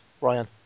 Ryan